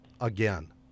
again